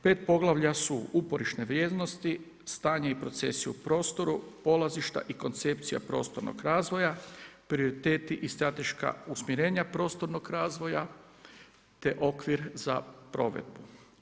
5 poglavlja su uporišne vrijednosti, stanje i procesi u prostoru, polazišta i koncepcija prostornog razvoja, prioriteti i strateška usmjerenja prostornog razvoja te okvir za provedbu.